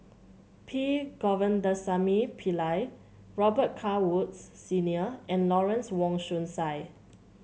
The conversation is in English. P Govindasamy Pillai Robet Carr Woods Senior and Lawrence Wong Shyun Tsai